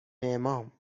امام